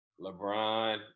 LeBron